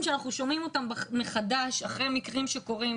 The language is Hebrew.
אנחנו שומעים אותם מחדש אחרי מקרים שקורים,